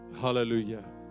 Hallelujah